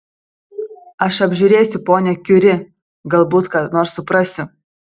aš apžiūrėsiu ponią kiuri galbūt ką nors suprasiu